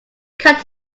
cut